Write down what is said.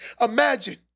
Imagine